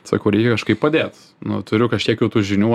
sakau reikia kažkaip padėt nu turiu kažkiek jau tų žinių